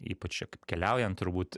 ypač keliaujant turbūt